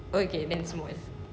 okay then small